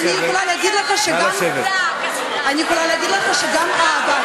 אני יכולה להגיד לך שגם אהבה,